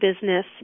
business